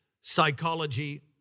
psychology